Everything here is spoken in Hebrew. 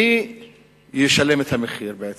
מי ישלם את המחיר בעצם?